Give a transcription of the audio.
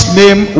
name